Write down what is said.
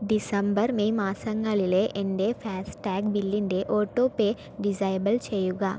December May മാസങ്ങളിലെ എൻ്റെ FASTag ബില്ലിൻ്റെ ഓട്ടോ പേ ഡിസയബിൾ ചെയ്യുക